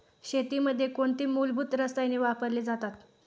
शेतीमध्ये कोणती मूलभूत रसायने वापरली जातात?